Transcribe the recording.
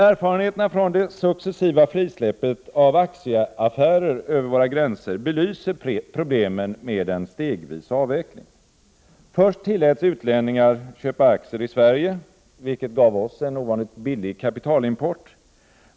Erfarenheterna från det successiva frisläppet av aktieaffärer över våra gränser belyser problemen med en stegvis avveckling. Först tilläts utlänningar köpa aktier i Sverige, vilket gav oss en ovanligt billig kapitalimport.